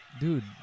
dude